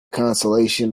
consolation